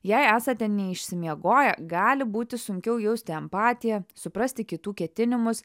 jei esate neišsimiegoję gali būti sunkiau jausti empatiją suprasti kitų ketinimus